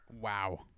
Wow